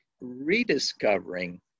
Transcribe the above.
rediscovering